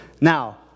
Now